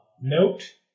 note